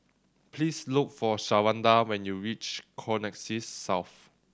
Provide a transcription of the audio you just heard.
please look for Shawanda when you reach Connexis South